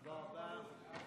תודה רבה.